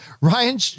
Ryan